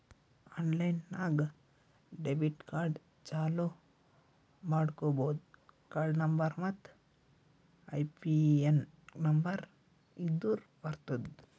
online ನಾಗ್ debit card ಚಾಲೂ ಮಾಡ್ಕೋಬೋದು ಕಾರ್ಡ ನಂಬರ್ ಮತ್ತ್ ಐಪಿನ್ ನಂಬರ್ ಇದ್ದುರ್ ಬರ್ತುದ್